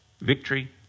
Victory